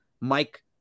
Mike